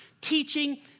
teaching